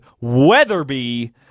Weatherby